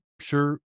Sure